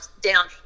down